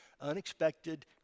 unexpected